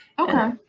Okay